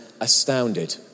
astounded